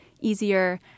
easier